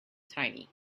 tiny